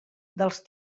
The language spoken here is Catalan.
dels